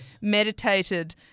meditated